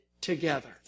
together